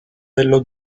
dello